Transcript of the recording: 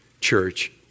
church